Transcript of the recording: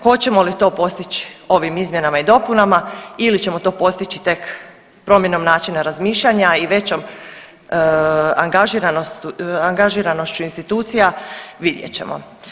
Hoćemo li to postić ovim izmjenama i dopunama ili ćemo to postići tek promjenom načina razmišljanja i većom angažiranošću institucija vidjet ćemo.